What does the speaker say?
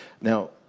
Now